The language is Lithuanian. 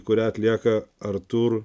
kurią atlieka artūr